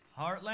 Heartland